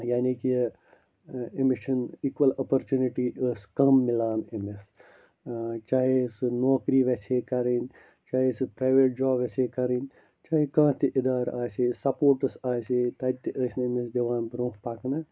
یعنی کہِ أمس چھِنہٕ ایکول اپرچونٹی ٲسۍ کَم مِلان أمِس چاہے سُہ نوکری ویٚژھہِ ہا کَرٕنۍ چاہے پریویٹ جاب ویٚژھہِ ہا کَرٕنۍ چاہے کانٛہہ تہِ اِدارِ اَسے سَپوٹٕس آسے تَتہِ ٲسۍ نہٕ أمِس دِوان برٛۄنٛہہ پکنہٕ